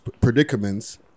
predicaments